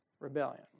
Rebellion